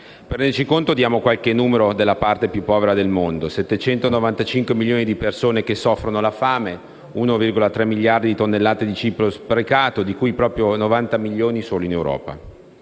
Per renderci conto, diamo qualche numero della parte più povera del mondo: 795 milioni di persone che soffrono la fame, 1,3 miliardi di tonnellate di cibo sprecato di cui 90 milioni solo in Europa: